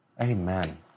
Amen